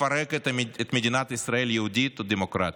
לפרק את מדינת ישראל היהודית והדמוקרטית.